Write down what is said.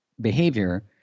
behavior